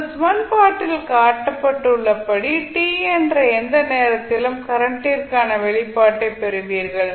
மற்றும் சமன்பாட்டில் காட்டப்பட்டுள்ளபடி t என்ற எந்த நேரத்திலும் கரண்டிற்கான வெளிப்பாட்டைப் பெறுவீர்கள்